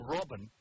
Robin